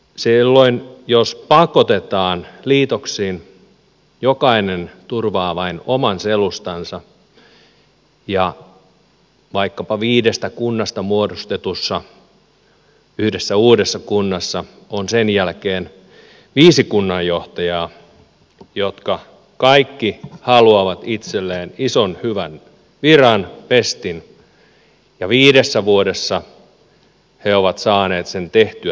silloin jos pakotetaan liitoksiin jokainen turvaa vain oman selustansa ja vaikkapa viidestä kunnasta muodostetussa yhdessä uudessa kunnassa on sen jälkeen viisi kunnanjohtajaa jotka kaikki haluavat itselleen ison hyvä viran pestin ja viidessä vuodessa he ovat saaneet sen tehtyä tarpeelliseksi